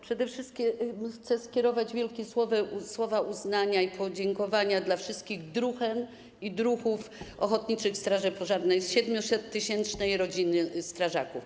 Przede wszystkim chcę skierować wielkie słowa uznania i podziękowania do wszystkich druhen i druhów ochotniczych straży pożarnych z 700 tys. rodziny strażaków.